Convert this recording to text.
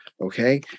okay